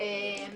בעצם